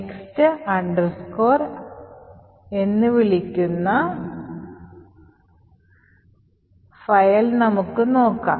next underscore എന്ന് വിളിക്കുന്ന file നമുക്ക് നോക്കാം